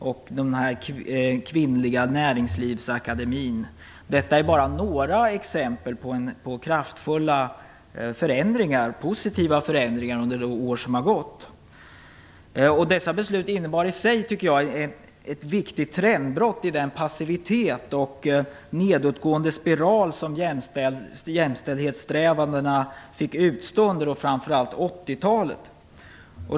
Vidare finns den kvinnliga näringslivsakademin. Detta är bara några exempel på kraftfulla och positiva förändringar som har skett under de år som har gått. Dessa beslut innebar i sig ett viktigt trendbrott i den passivitet och nedåtgående spiral som jämställdhetssträvandena fick utstå under framför allt 80-talet.